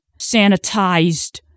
sanitized